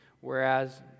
whereas